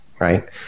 right